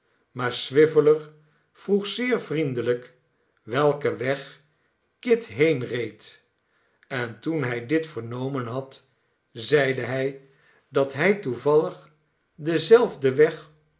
maar swiveller vroeg zeer vriendelijk welken weg kit heenreed en toen hij dit vernomen had zeide hij dat hij toevallig denzelfden weg